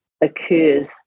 occurs